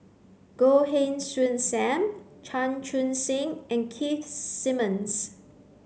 Goh Heng Soon Sam Chan Chun Sing and Keith Simmons